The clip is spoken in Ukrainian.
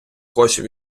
коштів